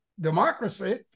democracy